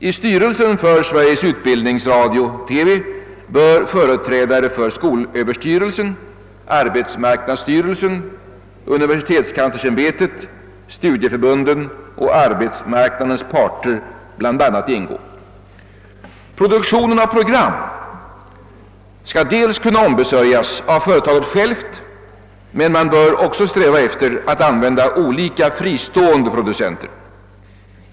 I styrelsen för Sveriges Utbildningsradio-TV bör företrädare för skolöverstyrelsen, arbetsmarknadsstyrelsen, universitetskanslersämbetet, studieförbunden och arbetsmarknadens parter bl.a. ingå. Produktionen av program skall delvis kunna ombesörjas av företaget självt, men man bör också sträva efter att använda olika fristående producenter.